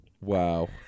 Wow